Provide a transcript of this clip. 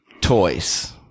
toys